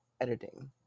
editing